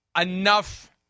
enough